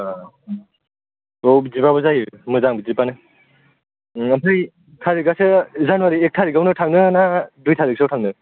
ओ औ बिदिबाबो जायो मोजां बिदिबानो ओमफ्राय थारिकआसो जानुवारिनि एक थारिकआवनो थाङो ना दुइ थारिकसोआव थांनो